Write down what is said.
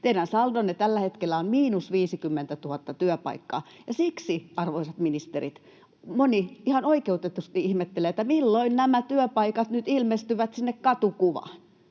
Teidän saldonne tällä hetkellä on miinus 50 000 työpaikkaa, ja siksi, arvoisat ministerit, moni ihan oikeutetusti ihmettelee, milloin nämä työpaikat nyt ilmestyvät sinne katukuvaan.